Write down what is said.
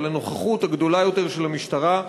אבל הנוכחות הגדולה יותר של המשטרה,